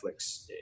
Netflix